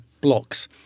blocks